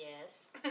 Yes